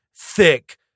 thick